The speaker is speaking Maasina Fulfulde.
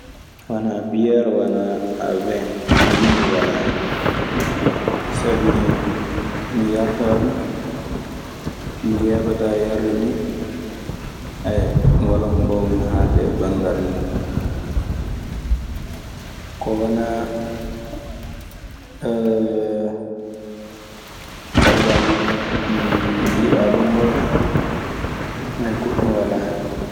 Wanaa biyeer wanaa wen, ko njiɗmi walaa hen. Sabi mi yarataa ɗun; Mi yeeɓataa yarde ɗun. walaa ko mbaawmi haalde banngal muuɗun. Ko wanaa… Caggal mi yiɗaa ɗun oo ka, goɗɗun walaa hen.